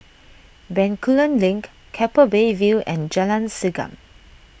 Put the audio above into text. Bencoolen Link Keppel Bay View and Jalan Segam